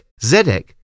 Zedek